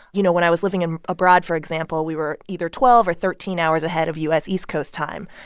you know, when i was living in abroad, for example, we were either twelve or thirteen hours ahead of u s. east coast time.